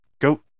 go